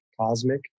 cosmic